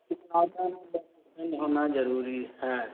होना ज़रूरी है